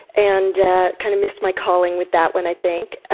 and kind of missed my calling with that one, i think. ah